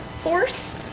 force